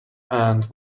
and